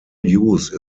use